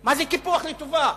מה זה קיפוח לטובה?